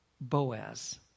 Boaz